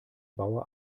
bauer